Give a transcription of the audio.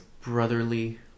brotherly